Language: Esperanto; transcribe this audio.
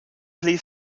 pli